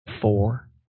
four